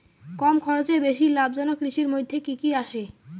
কম খরচে বেশি লাভজনক কৃষির মইধ্যে কি কি আসে?